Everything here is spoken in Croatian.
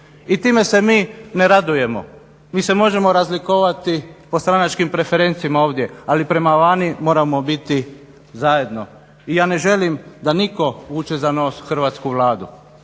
I time se mi ne radujemo. Mi se možemo razlikovati po stranačkim preferencama ovdje ali prema vani moramo biti zajedno. I ja ne želim da nitko vuče za nos Hrvatsku vladu.